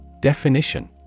Definition